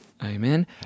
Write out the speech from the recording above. Amen